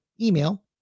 email